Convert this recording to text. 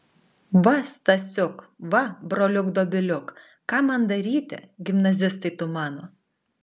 va stasiuk va broliuk dobiliuk ką man daryti gimnazistai tu mano